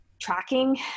tracking